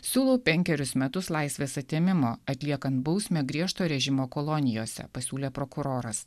siūlau penkerius metus laisvės atėmimo atliekant bausmę griežto režimo kolonijose pasiūlė prokuroras